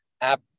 app